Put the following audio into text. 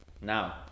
Now